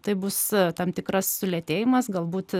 tai bus tam tikras sulėtėjimas galbūt